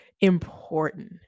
important